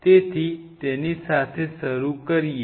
તેથી તેની સાથે શરૂ કરીએ